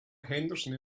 henderson